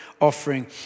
offering